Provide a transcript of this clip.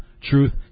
Truth